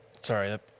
sorry